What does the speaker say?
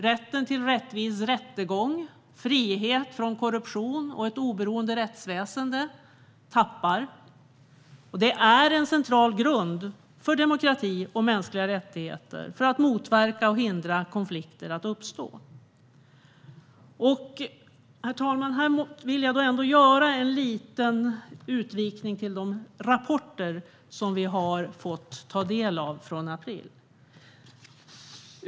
Rätten till rättvis rättegång, frihet från korruption och ett oberoende rättsväsen är en central grund för demokrati och mänskliga rättigheter och för att motverka och hindra konflikter från att uppstå. Herr talman! Här vill jag göra en liten utvikning om de rapporter som kom i april som vi har fått ta del av.